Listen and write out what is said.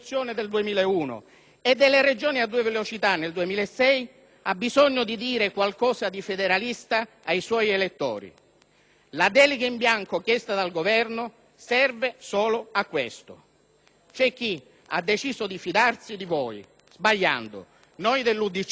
ha bisogno di dire qualcosa di federalista ai suoi elettori. La delega in bianco chiesta dal Governo serve solo a questo. C'è chi ha deciso di fidarsi di voi, sbagliando. Noi dell'UDC, no, e votiamo contro, nell'interesse del Paese.